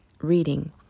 reading